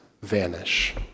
vanish